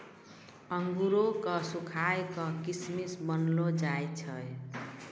अंगूरो क सुखाय क किशमिश बनैलो जाय छै